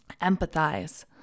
empathize